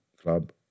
Club